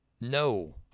No